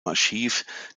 archiv